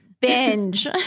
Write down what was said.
Binge